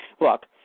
Look